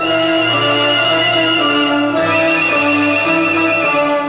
ah